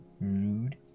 rude